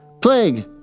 Plague